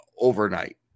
overnight